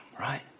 right